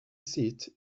seat